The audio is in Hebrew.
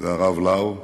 והרב לאו,